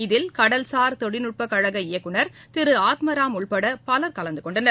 இதில் கடல்சார் தொழில்நுட்ப கழக இயக்குனர் திரு ஆத்மராம் உட்பட பலர் கலந்துகொண்டனர்